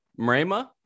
Mrema